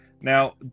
Now